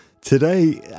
Today